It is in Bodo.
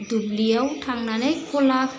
दुब्लियाव थांनानै कला